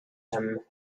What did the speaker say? him